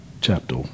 chapter